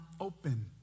open